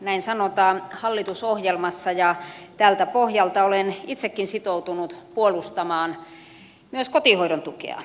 näin sanotaan hallitusohjelmassa ja tältä pohjalta olen itsekin sitoutunut puolustamaan myös kotihoidon tukea